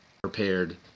prepared